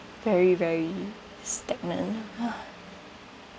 very very stagnant